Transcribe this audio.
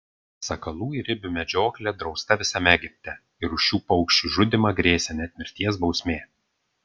sakalų ir ibių medžioklė drausta visame egipte ir už šių paukščių žudymą grėsė net mirties bausmė